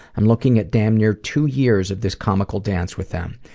i'm looking at damn near two years of this comical dance with them.